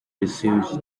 received